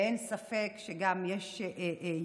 ואין ספק שגם יש תוצאות.